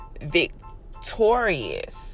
victorious